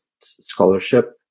scholarship